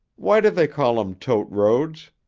why do they call them tote roads?